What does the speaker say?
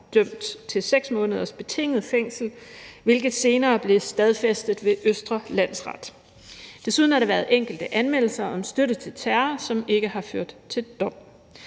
dømt til 6 måneders betinget fængsel, hvilket senere blev stadfæstet ved Østre Landsret. Desuden har der været enkelte anmeldelser om støtte til terror, som ikke har ført til dom.